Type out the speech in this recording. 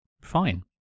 fine